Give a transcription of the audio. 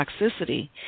toxicity